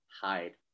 hide